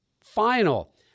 final